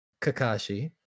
Kakashi